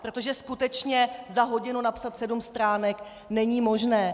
Protože skutečně za hodinu napsat sedm stránek není možné.